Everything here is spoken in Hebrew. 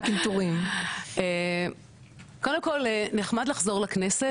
קודם כל נחשב לחזור לכנסת,